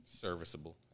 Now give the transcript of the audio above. serviceable